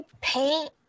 paint